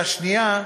והשנייה,